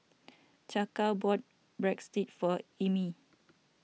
Chaka bought Breadsticks for Emil